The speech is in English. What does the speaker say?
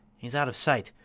he's out of sight!